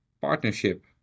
partnership